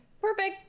Perfect